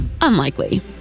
unlikely